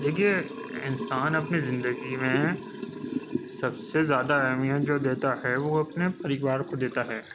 دیکھیے انسان اپنی زندگی میں سب سے زیادہ اہمیت جو دیتا ہے وہ اپنے پریوار کو دیتا ہے